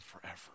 forever